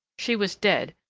she was dead,